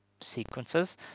sequences